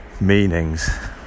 Meanings